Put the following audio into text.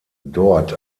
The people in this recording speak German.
dort